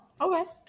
okay